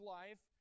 life